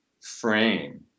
frame